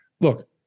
Look